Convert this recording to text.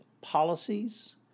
policies